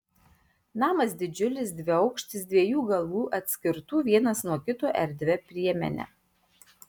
namas didžiulis dviaukštis dviejų galų atskirtų vienas nuo kito erdvia priemene